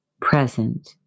present